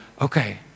Okay